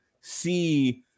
see